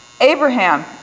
Abraham